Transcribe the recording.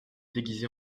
déguisée